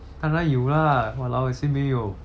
当然有 lah !walao! eh 谁没有